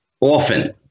often